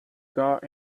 guard